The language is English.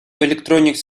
electronics